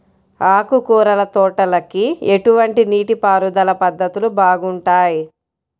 ఆకుకూరల తోటలకి ఎటువంటి నీటిపారుదల పద్ధతులు బాగుంటాయ్?